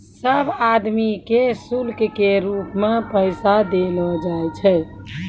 सब आदमी के शुल्क के रूप मे पैसा देलो जाय छै